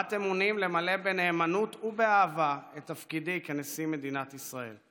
שבועת אמונים למלא בנאמנות ובאהבה את תפקידי כנשיא מדינת ישראל.